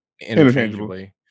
interchangeably